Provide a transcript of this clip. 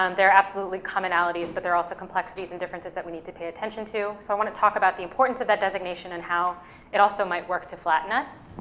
and there are absolutely commonalities, but there are also complexities and differences that we need to pay attention to. so i wanna talk about the importance of that designation, and how it also might work to flatten us.